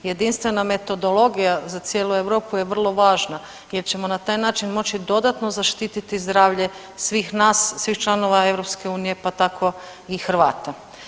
Jedinstvena metodologija za cijelu Europu je vrlo važna jer ćemo na taj način moći dodatno zaštititi zdravlje svih nas, svih članova EU-a, pa tako i Hrvata.